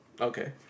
Okay